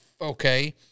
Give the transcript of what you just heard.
Okay